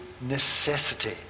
necessity